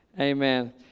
Amen